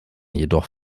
jedoch